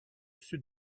sud